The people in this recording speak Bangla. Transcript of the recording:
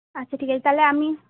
আচ্ছা ঠিক আছে তাহলে আমি